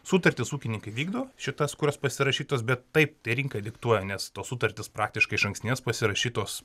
sutartys ūkininkai vykdo šitas kurias pasirašytos bet taip tai rinka diktuoja nes tos sutartys praktiškai išankstinės pasirašytos